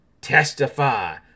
Testify